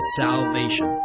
salvation